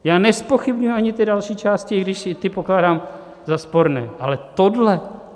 Já nezpochybňuji ani ty další části, i když i ty pokládám za sporné, ale tohle?